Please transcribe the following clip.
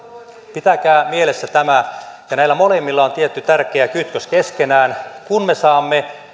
pitäkää mielessä tämä ja näillä molemmilla on tietty tärkeä kytkös keskenään kun me saamme